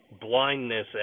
blindness